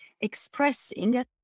expressing